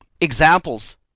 examples